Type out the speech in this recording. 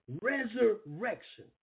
Resurrection